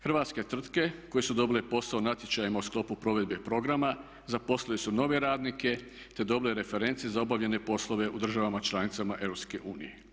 Hrvatske tvrtke koje su dobile posao natječajima u sklopu provedbe programa zaposlili su nove radnike, te dobili reference za obavljene poslove u državama članicama EU.